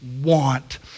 want